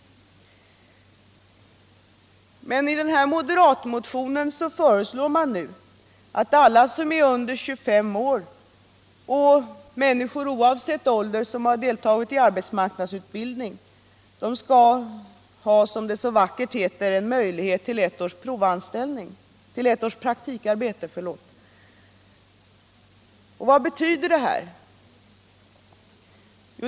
Men moderatmotionen föreslår att alla som är under 25 år och människor som oavsett ålder har deltagit i arbetsmarknadsutbildning skall ha, som det så vackert heter, möjlighet till ett års praktikarbete. Vad betyder detta?